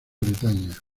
bretaña